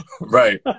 Right